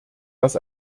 dass